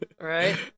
right